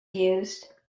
used